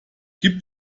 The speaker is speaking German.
gibt